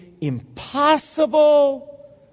impossible